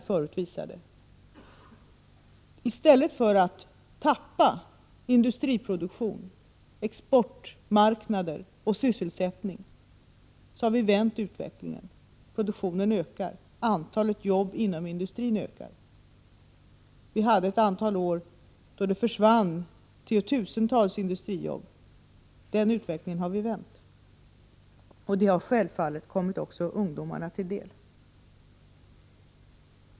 I stället för att medverka till att Sverige tappar industriproduktion, exportmarknader och sysselsättning har regeringen vänt utvecklingen, så att produktionen ökar och antalet jobb inom industrin ökar. Under ett antal år försvann tiotusentals industrijobb, men den utvecklingen har vi alltså vänt — något som självfallet också har kommit ungdomarna till del.